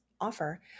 offer